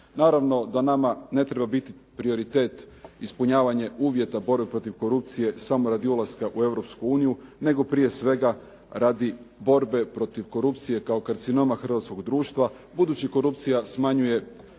Naravno da nama ne treba biti prioritet ispunjavanje uvjeta borbe protiv korupcije samo radi ulaska u Europsku uniju, nego prije svega radi borbe protiv korupcije kao karcinoma hrvatskog društva budući korupcija smanjuje